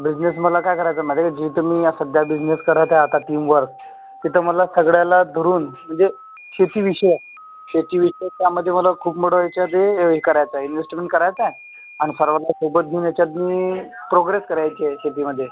business मला काय करायचा आहे माहीत आहे जिथं मी आ सध्या बिझनेस करायचा आहे आता टीमवर्क तिथं मला सगळ्याला धरून म्हणजे शेतीविषयक शेतीविषयक त्यामध्ये मला खूप मोठं याच्यात ए हे करायचा आहे इनवेस्टमेंट करायचा आहे अन् सर्वांच्यासोबत घेऊन याच्यात ना प्रोग्रेस करायची आहे शेतीमध्ये